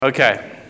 Okay